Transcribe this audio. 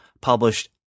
published